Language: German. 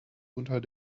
unter